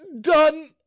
done